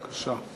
בבקשה.